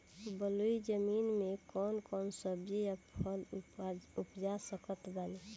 बलुई जमीन मे कौन कौन सब्जी या फल उपजा सकत बानी?